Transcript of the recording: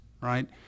right